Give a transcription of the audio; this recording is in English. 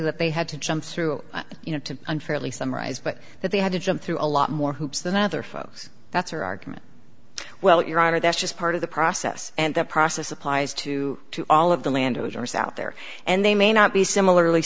that they had to jump through you know to unfairly summarize but that they had to jump through a lot more hoops than other folks that's her argument well your honor that's just part of the process and the process applies to all of the land is ours out there and they may not be similarly